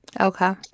Okay